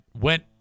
went